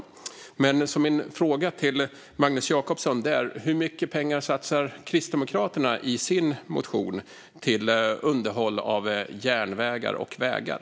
Min fråga till Magnus Jacobsson är: Hur mycket mer pengar än regeringen satsar Kristdemokraterna sammanlagt i sin motion på underhåll av järnvägar och vägar?